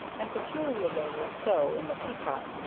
and peculiarly so in the peacock,